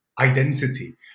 identity